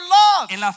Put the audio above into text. love